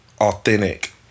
authentic